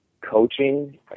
coaching